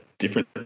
different